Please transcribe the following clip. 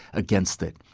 against it.